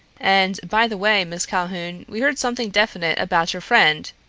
and, by the way, miss calhoun, we heard something definite about your friend,